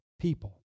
people